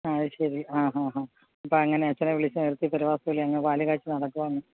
അത് ശരി ഹാ ഹാ അപ്പോൾ അങ്ങനെ അച്ചനെ വിളിച്ചു വരുത്തി പാലുകാച്ച് നടത്തുവാണോ